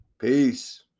Peace